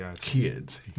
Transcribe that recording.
kids